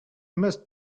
must